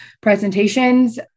presentations